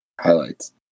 highlights